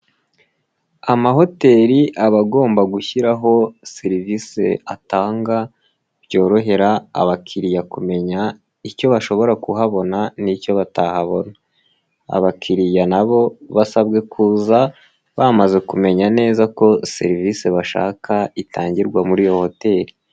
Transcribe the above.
Amahoteli aba agomba gushyiraho serivisi atanga, byorohera abakiriya kumenya icyo bashobora kuhabona n'icyo batahabona, abakiriya nabo basabwe kuza bamaze kumenya neza ko serivisi bashaka itangirwa muri iyo hoteli.